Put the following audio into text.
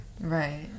Right